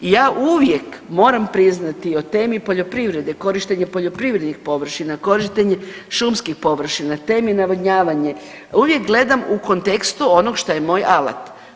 I ja uvijek moram priznati o temi poljoprivrede, korištenje poljoprivrednih površina, korištenje šumskih površina, temi navodnjavanje uvijek gledam u kontekstu onog što je moj alat.